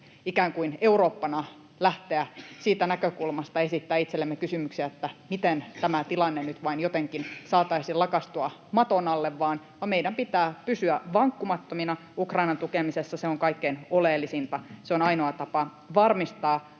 ikään kuin Eurooppana lähteä siitä näkökulmasta esittämään itsellemme kysymyksiä, miten tämä tilanne nyt vain jotenkin saataisiin lakaistua maton alle, vaan meidän pitää pysyä vankkumattomina Ukrainan tukemisessa. Se on kaikkein oleellisinta. Se on ainoa tapa varmistaa